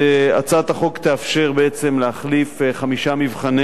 הצעת החוק תאפשר בעצם להחליף חמישה מבחני